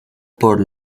por